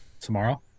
Tomorrow